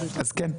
אז כן,